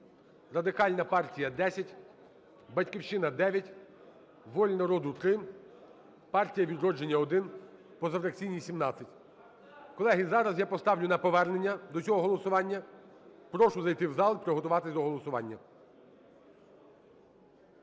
Радикальна партія – 10, "Батьківщина" – 9, "Воля народу" – 3, "Партія "Відродження" – 1, позафракційні – 17. Колеги, зараз я поставлю на повернення до цього голосування, прошу зайти в зал, приготуватись до голосування.